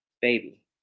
baby